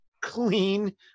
clean